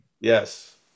Yes